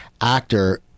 actor